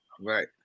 right